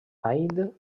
haydn